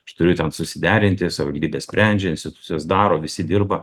aš turiu ten susiderinti savivaldybė sprendžia institucijos daro visi dirba